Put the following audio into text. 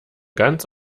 ganz